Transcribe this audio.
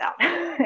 out